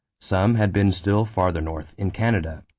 some had been still farther north, in canada.